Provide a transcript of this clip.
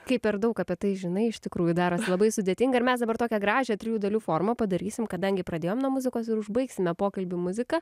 kai per daug apie tai žinai iš tikrųjų daros labai sudėtinga ir mes dabar tokią gražią trijų dalių formą padarysim kadangi pradėjom nuo muzikos ir užbaigsime pokalbį muzika